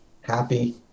happy